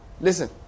Listen